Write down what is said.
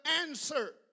answer